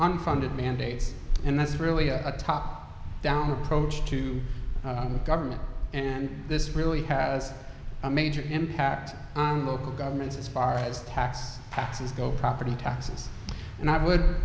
unfunded mandates and that's really a top down approach to the government and this really has a major impact on local governments as far as tax taxes go property taxes and i would